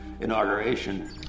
inauguration